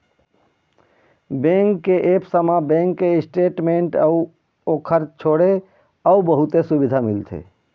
bank के apps म bank के स्टेटमेंट अउ ओखर छोड़े अउ बहुते सुबिधा मिलथे